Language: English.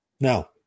Now